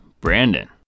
Brandon